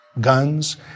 guns